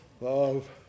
love